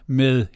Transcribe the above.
med